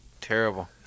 Terrible